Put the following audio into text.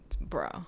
bro